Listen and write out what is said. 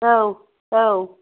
औ औ